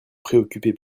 préoccupez